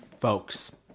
folks